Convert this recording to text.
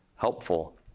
helpful